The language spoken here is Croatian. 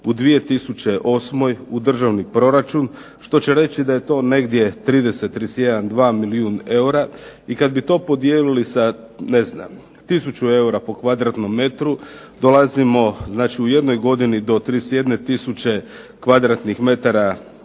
u 2008. u Državni proračun. Što će reći da je to negdje 30,31,32 milijuna eura i kad bi to podijelili sa 1000 eura po kvadratnom metru dolazimo, znači u jednoj godini do 31 tisuće kvadratnih metara